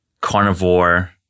carnivore